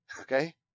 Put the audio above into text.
Okay